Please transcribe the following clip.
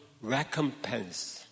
recompense